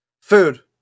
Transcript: Food